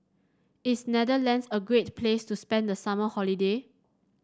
is Netherlands a great place to spend the summer holiday